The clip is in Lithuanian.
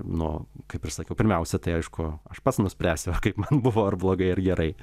nu kaip ir sakiau pirmiausia tai aišku aš pats nuspręsiu kaip man buvo ar blogai ar gerai